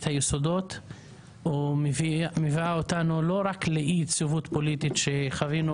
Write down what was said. היסודות או מביאה אותנו לא רק לאי יציבות פוליטית שחווינו